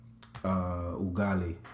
Ugali